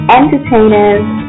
entertainers